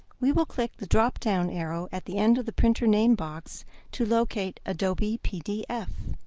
we will click the drop-down arrow at the end of the printer name box to locate adobe pdf.